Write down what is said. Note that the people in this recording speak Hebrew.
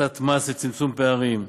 הפחתת מס לצמצום פערים,